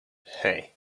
hey